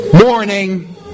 morning